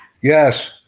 Yes